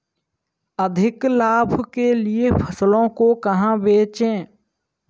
अधिक लाभ के लिए फसलों को कहाँ बेचें?